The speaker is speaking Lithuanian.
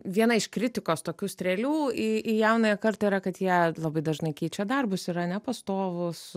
viena iš kritikos tokių strėlių į į jaunąją kartą yra kad jie labai dažnai keičia darbus yra nepastovūs